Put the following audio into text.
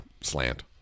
slant